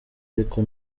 ariko